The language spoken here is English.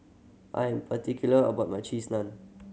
I am particular about my Cheese Naan